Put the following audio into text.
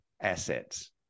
assets